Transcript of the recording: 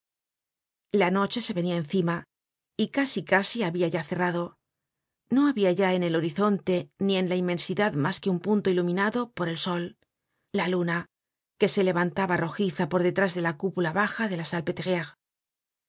la noche se venia encima y casi casi habia ya cerrado no habia ya en el horizonte ni en la inmensidad mas que un punto iluminado por el sol la luna que se levantaba rojiza por detrás de la cúpula baja de